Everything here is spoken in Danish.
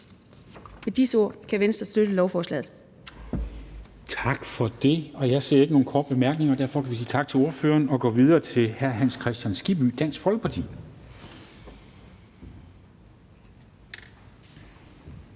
Kl. 11:23 Formanden (Henrik Dam Kristensen): Tak for det. Jeg ser ikke nogen til korte bemærkninger, og derfor kan vi sige tak til ordføreren, og vi går videre til hr. Hans Kristian Skibby, Dansk Folkeparti.